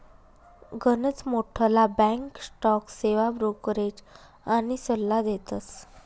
गनच मोठ्ठला bank stock सेवा ब्रोकरेज आनी सल्ला देतस